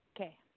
Okay